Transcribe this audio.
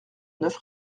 neuf